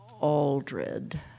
Aldred